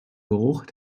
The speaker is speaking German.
geruch